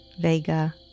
Vega